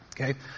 Okay